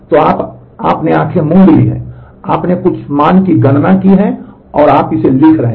तो आपने आंख मूंद ली है आपने कुछ मान की गणना की है और आप इसे लिख रहे हैं